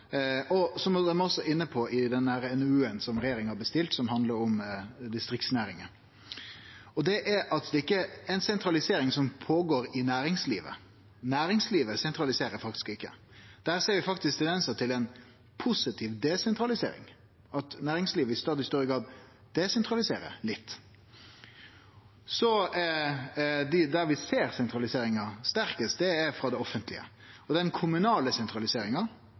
som ein også er inne på i NOU-en som handlar om distriktsnæringane, som regjeringa har bestilt – ser ein at det ikkje er ei sentralisering som skjer i næringslivet. Næringslivet sentraliserer faktisk ikkje. Der ser vi faktisk tendensar til ei positiv desentralisering, at næringslivet i stadig større grad desentraliserer litt. Der vi ser sentraliseringa sterkast, er i det offentlege. Det er litt sentralisering i kommunane. Det skjer også ei sentralisering i kommunane og